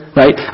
right